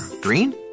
green